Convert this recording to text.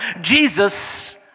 Jesus